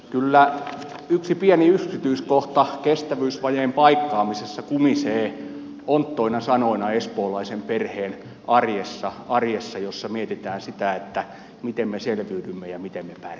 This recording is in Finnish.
kyllä yksi pieni yksityiskohta kestävyysvajeen paikkaamisessa kumisee onttoina sanoina espoolaisen perheen arjessa jossa mietitään sitä miten me selviydymme ja miten me pärjäämme